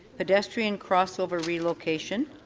pedestrian crossover relocation,